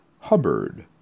Hubbard